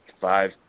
five